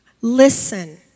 Listen